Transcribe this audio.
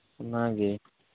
ᱚᱱᱟᱜᱮ